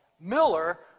Miller